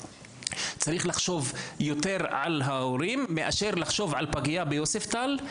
צריך לחשוב יותר על ההורים מאשר על פגייה ביוספטל,